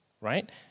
right